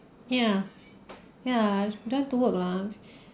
ya ya I don't want to work lah